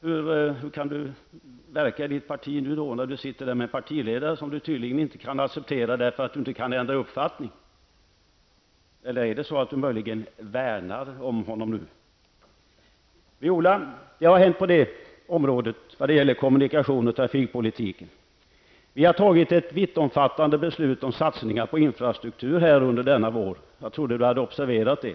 Hur kan Viola Claesson verka i sitt parti nu, när hon sitter med en partiledare som hon tydligen inte kan acceptera därför att hon inte kan ändra uppfattning? Eller värnar Viola Claesson om honom nu? Det har hänt en hel del på området vad gäller kommunikationer och trafikpolitiken, Viola Claesson. Riksdagen har fattat vittomfattande beslut om satsningar på infrastruktur under denna vår. Jag trodde att Viola Claesson hade observerat det.